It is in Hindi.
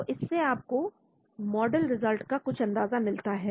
तो इससे आपको मॉडल रिजल्ट का कुछ अंदाज मिलता है